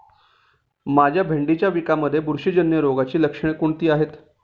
माझ्या भेंडीच्या पिकामध्ये बुरशीजन्य रोगाची लक्षणे कोणती आहेत?